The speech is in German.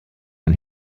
ein